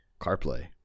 CarPlay